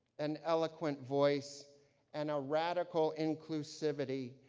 an eloquent voice and a radical inclusivity,